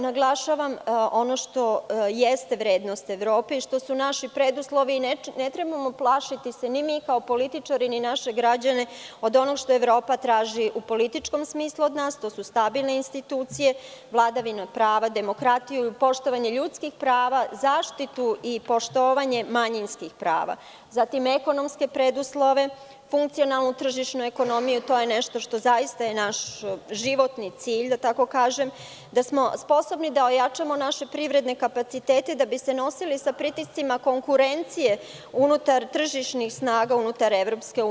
Naglašavam, ono što jeste vrednost Evrope i ono što su naši preduslovi, ne trebamo plašiti naše građane od onoga što Evropa traži u političkom smislu od nas, a to su stabilne institucije, vladavina prava, demokratija, poštovanje ljudskih prava, zaštitu i poštovanje manjinskih prava, ekonomski preduslovi, funkcionalnu tržišnu ekonomiju, a to je nešto što je naš životni cilj, da smo sposobni da ojačamo naše privredne kapacitete, da bi se nosili sa pritiscima konkurencije tržišnih snaga unutar EU.